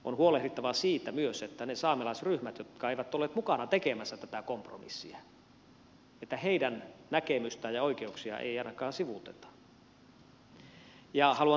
on huolehdittava myös siitä että niiden saamelaisryhmien jotka eivät olleet mukana tekemässä tätä kompromissia näkemystä ja oikeuksia ei ainakaan sivuuteta